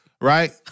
Right